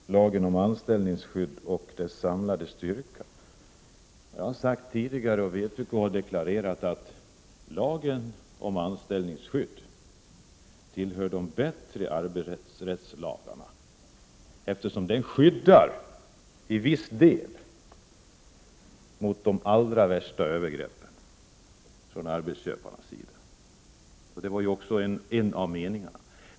Herr talman! Jag skall ta upp tråden, Sten Östlund, om lagen om anställningsskydd och dess samlade styrka. Jag har sagt tidigare, och vpk har deklarerat, att lagen om anställningsskydd är en av de bättre arbetsrättslagarna, eftersom den till viss del skyddar mot de allra värsta övergreppen från arbetsköparnas sida. Det var också en av meningarna med lagen.